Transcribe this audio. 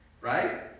right